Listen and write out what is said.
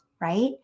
right